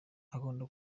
akunda